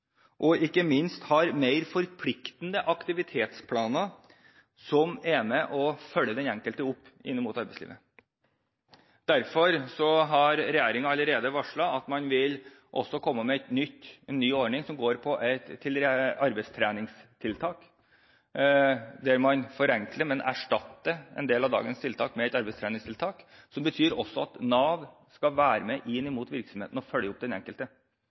og ikke minst har mer forpliktende aktivitetsplaner som er med og følger den enkelte opp inn mot arbeidslivet. Derfor har regjeringen allerede varslet at man vil komme med en ny ordning, der man forenkler, men erstatter en del av dagens tiltak med et arbeidstreningstiltak. Det innebærer også at Nav skal være med inn i virksomheten og følge opp den enkelte.